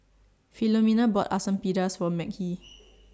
Philomena bought Asam Pedas For Mekhi